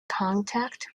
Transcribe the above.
contact